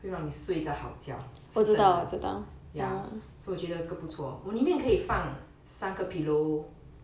会让你睡个好觉是真的 ya so 我觉得这个不错我里面可以放三个 pillow